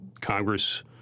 Congress